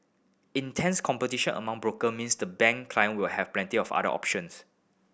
intense competition among broker means the bank client will have plenty of other options